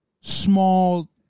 small